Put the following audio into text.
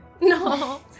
No